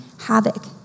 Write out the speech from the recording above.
havoc